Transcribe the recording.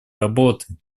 работы